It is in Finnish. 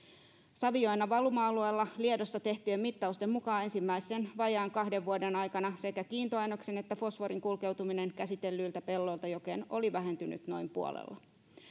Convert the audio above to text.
saviojan valuma alueella liedossa tehtyjen mittausten mukaan ensimmäisen vajaan kahden vuoden aikana sekä kiintoaineksen että fosforin kulkeutuminen käsitellyiltä pelloilta jokeen oli vähentynyt noin puolella